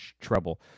Trouble